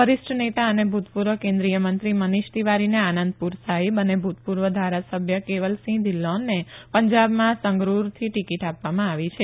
વરિષ્ઠ નેતા અને ભુતપુર્વ કેન્દ્રીય મંત્રી મનીષ તિવારીને આનંદપુર સાહિબ અને ભુતપુર્વ ધારાસભ્ય કેવલસિંહ ધિલ્લોનને પંજાબમાં સંગરુરથી ટીકીટ આપવામાં આવી છે